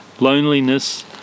loneliness